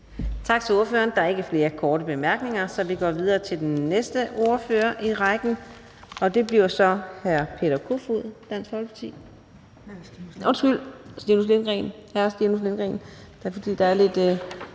Tak til ordføreren. Der er ikke flere korte bemærkninger, så vi går videre til den næste ordfører i rækken. Det bliver så hr. Stinus Lindgreen.